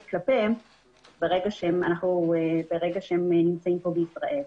כלפיהם ברגע שהם נמצאים פה בישראל.